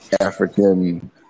African